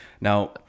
Now